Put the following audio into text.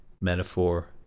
metaphor